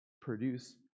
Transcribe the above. produce